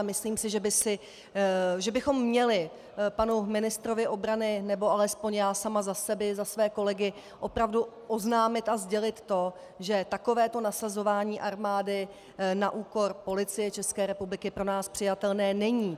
Myslím si, že bychom měli panu ministrovi obrany, nebo alespoň já sama za sebe i za své kolegy, opravdu oznámit a sdělit, že takovéto nasazování armády na úkor Policie České republiky pro nás přijatelné není.